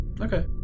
Okay